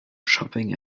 shopping